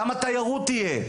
כמה תיירות תהיה.